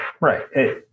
Right